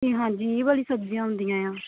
ਅਤੇ ਹਾਂਜੀ ਇਹ ਵਾਲੀ ਸਬਜ਼ੀਆਂ ਹੁੰਦੀਆਂ ਹੈ